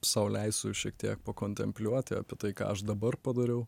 sau leisiu šiek tiek pakontempliuoti apie tai ką aš dabar padariau